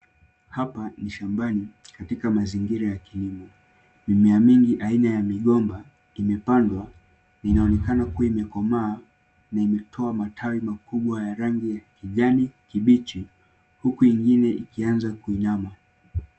Hapa ni shambani katika mazingira ya kilimo. Mimea mingi aina ya migomba imepandwa na inaonekana kuwa imekomaa na imetoa matawi makubwa ya rangi ya kijani kibichi huku ingine ikianza kuinama.